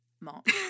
Mark